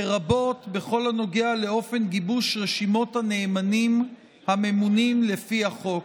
לרבות בכל הנוגע לאופן גיבוש רשימות הנאמנים הממונים לפי החוק.